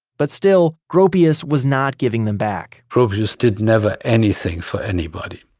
but still gropius was not giving them back gropius did never anything for anybody,